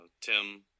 Tim